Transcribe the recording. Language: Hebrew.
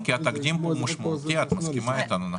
כי התקדים פה הוא משמעותי, את מסכימה איתנו, נכון?